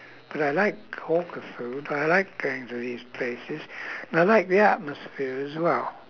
but I like hawker food I like going to these places and I like the atmosphere as well